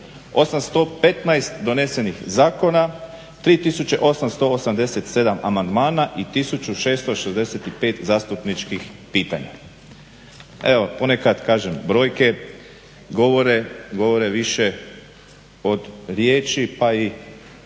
815 donesenih zakona, 3887 amandmana i 1665 zastupničkih pitanja. Evo, ponekad kažem brojke govore više od riječi, pa i